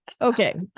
Okay